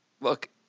look